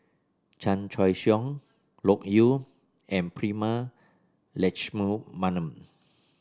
Chan Choy Siong Loke Yew and Prema Letchumanan